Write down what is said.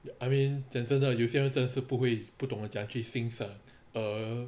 I mean 讲真的有些人真是不会不懂得讲句行摄 ugh